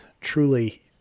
truly